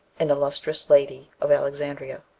an illustrious lady of alexandria.